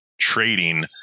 trading